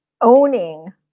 owning